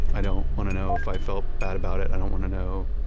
i don't want to know if i felt bad about it. i don't want to know.